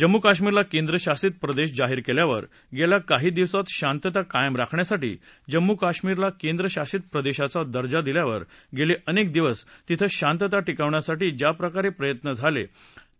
जम्मू काश्मीरला केंद्रशासित प्रदेश जाहीर केल्यावर गेल्या काही दिवसात शांतता कायम राखण्यासाठी जम्मू कश्मीरला कॅंद्रशासित प्रदेशाचा दर्जा दिल्यावर गेले अनेक दिवस तिथं शातंता टिकवण्यासाठी ज्या प्रकारे प्रयत्न झाले